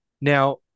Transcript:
now